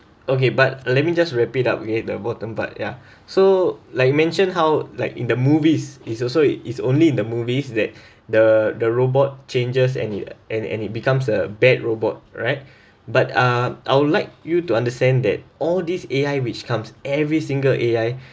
okay but let me just wrap it up okay the important part ya so like you mentioned how like in the movies it's also it is only in the movies that the the robot changes and it and and it becomes a bad robot right but uh I would like you to understand that all this A_I which comes every single A_I